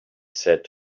said